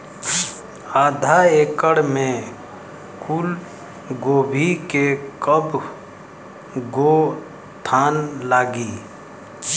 आधा एकड़ में फूलगोभी के कव गो थान लागी?